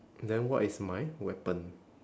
then what is my weapon